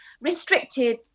restricted